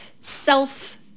self-